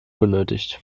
benötigt